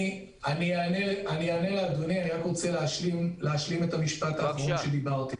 אענה לאדוני, רק אשלים את המשפט האחרון.